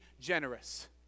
generous